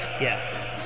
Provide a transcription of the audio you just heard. Yes